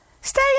Stay